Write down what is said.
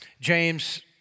James